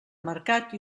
mercat